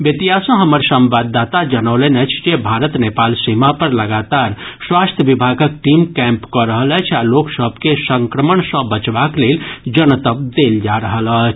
बेतिया सँ हमर संवाददाता जनौलनि अछि जे भारत नेपाल सीमा पर लगातार स्वास्थ्य विभागक टीम कैम्प कऽ रहल अछि आ लोक सभ के संक्रमण सँ बचबाक लेल जनतब देल जा रहल अछि